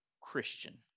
Christian